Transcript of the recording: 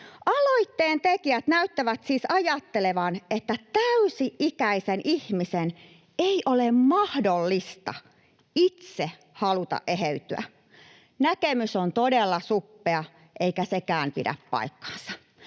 Aloitteen tekijät näyttävät siis ajattelevan, että täysi-ikäisen ihmisen ei ole mahdollista itse haluta eheytyä. Näkemys on todella suppea, eikä sekään pidä paikkaansa.